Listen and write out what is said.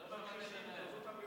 הם מכחישים את זה,